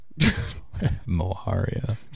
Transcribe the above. Moharia